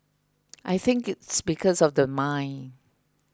I think it's because of the mine